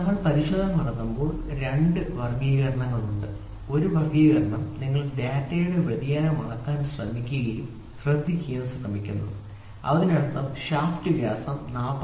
നമ്മൾ പരിശോധന നടത്തുമ്പോൾ രണ്ട് വർഗ്ഗീകരണങ്ങളുണ്ട് ഒരു വർഗ്ഗീകരണം നിങ്ങൾ ഡാറ്റയുടെ വ്യതിയാനം അളക്കാനും ശ്രദ്ധിക്കാനും ശ്രമിക്കുന്നു അതിനർത്ഥം ഷാഫ്റ്റ് വ്യാസം 40